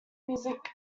music